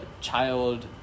child